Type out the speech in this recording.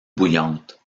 bouillante